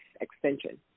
extension